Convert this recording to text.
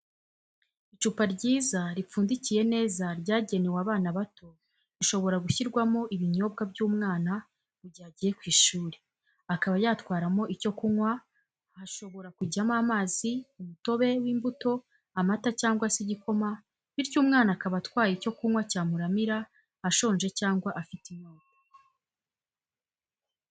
Icupa ryiza ripfundikiye neza ryagenewe abana bato rishobora gushyirwamo ibinyobwa by'umwana mu gihe agiye ku ishuri akaba yatwaramo icyo kunywa, hashobora kujyamo amazi, umutobe w'imbuto, amata cyangwa se igikoma bityo umwana akaba atwaye icyo kunywa cyamuramira ashonje cyangwa afite inyota.